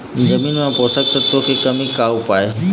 जमीन म पोषकतत्व के कमी का उपाय हे?